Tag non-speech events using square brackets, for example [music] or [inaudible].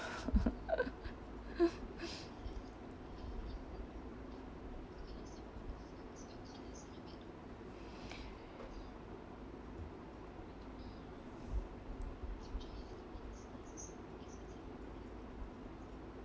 [laughs]